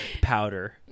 powder